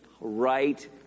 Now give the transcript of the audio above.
right